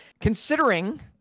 considering